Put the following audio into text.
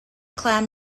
clam